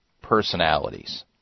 personalities